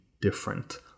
different